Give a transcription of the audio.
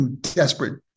desperate